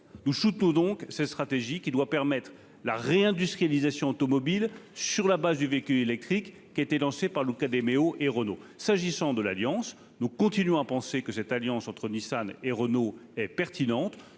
nous chou tout donc sa stratégie qui doit permettre la réindustrialisation automobile sur la base du véhicule électrique qui a été lancée par Luca de Méo et Renault s'agissant de l'Alliance nous continuons à penser que cette alliance entre Nissan et Renault et pertinente,